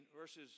verses